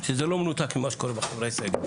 שזה לא מנותק ממה שקורה בחברה הישראלית.